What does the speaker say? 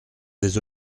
des